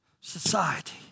society